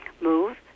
move